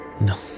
No